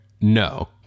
No